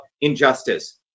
injustice